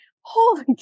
holy